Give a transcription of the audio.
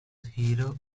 hero